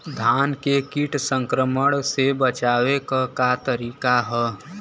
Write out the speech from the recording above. धान के कीट संक्रमण से बचावे क का तरीका ह?